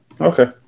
Okay